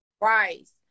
rice